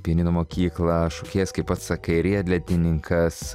pianino mokyklą šokėjas kaip pats sakai riedlentininkas